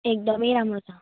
एकदमै राम्रो छ